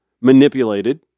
manipulated